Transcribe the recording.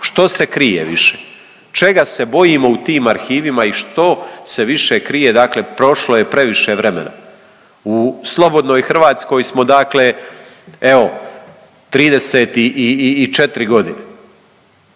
Što se krije više? Čega se bojimo u tim arhivima i što se više krije, dakle prošlo je previše vremena. U slobodnoj Hrvatskoj smo dakle evo 34 godine.